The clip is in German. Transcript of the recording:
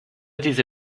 diese